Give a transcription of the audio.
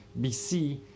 BC